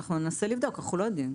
אנחנו ננסה לבדוק, אנחנו לא יודעים.